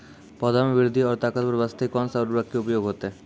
पौधा मे बृद्धि और ताकतवर बास्ते कोन उर्वरक के उपयोग होतै?